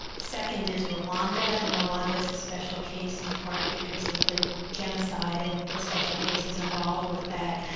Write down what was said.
second is rwanda, and rwanda is a special case, in part because of the genocide and the special cases involved with that.